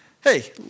hey